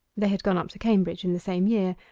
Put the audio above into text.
they had gone up to cambridge in the same year,